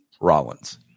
Rollins